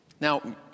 Now